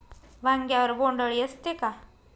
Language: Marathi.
वांग्यावर बोंडअळी असते का?